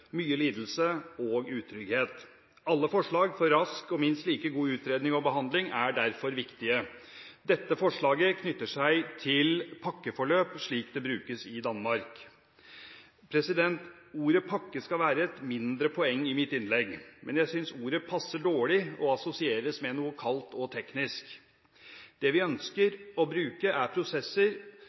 mye lidelse og utrygghet med kreftsykdom. Alle forslag for rask og minst like god utredning og behandling er derfor viktige. Dette forslaget knytter seg til et «pakkeforløp», slik det brukes i Danmark. Ordet «pakke» skal være et mindre poeng i mitt innlegg, men jeg synes ordet passer dårlig og assosieres med noe kaldt og teknisk. Det vi ønsker å bruke, er prosesser